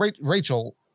Rachel